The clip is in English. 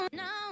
no